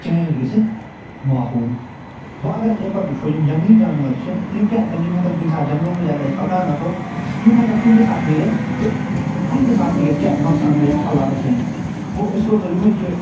change گٔژھِتھ ماحول وۄنۍ اگر أسۍ اَمہِ پتہٕ وٕچھو یِم جنٛگلی جانور چھِ یِم کیٛاہ ہٮ۪کَن یِم ہٮ۪کَن کُنہِ ساتہٕ جنٛگلو مٔنٛزۍ اگر أسۍ پکان آسو یِم ہٮ۪کَن کُنہِ تہِ ساتہٕ نیرِتھ تہٕ کُنہِ تہِ ساتہِ ہیٚکہِ اَسہِ کیٛاہ نۄقصان وٲتِتھ اللہ بچٲیِن گوٚو أسۍ روزو یِہوٚے کہِ